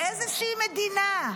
באיזושהי מדינה,